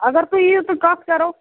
اَگر تُہۍ یِیِو تہٕ کَتھ کَرو